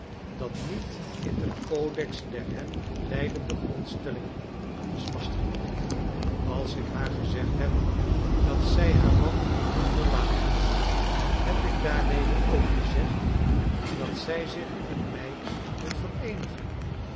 dat niet in den codex der hem leidende grondstellingen was vastgesteld als ik haar gezegd heb dat zij haar man moet verlaten heb ik daarmede ook gezegd dat zij zich met mij moet vereenigen